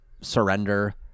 surrender